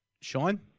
Sean